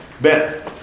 Ben